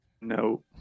No